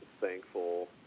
thankful